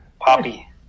Poppy